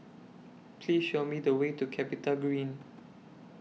Please Show Me The Way to Capitagreen